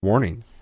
Warning